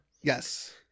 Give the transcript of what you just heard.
Yes